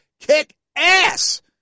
kick-ass